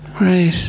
Right